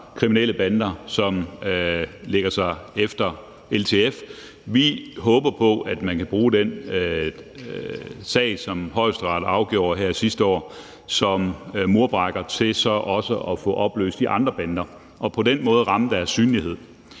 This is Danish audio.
kriminelle bander, som lægger sig efter LTF. Vi håber på, at man kan bruge den sag, som Højesteret afgjorde her sidste år, som murbrækker til også at få opløst de andre bander og på den måde ramme deres synlighed.